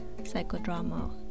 psychodrama